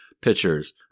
pictures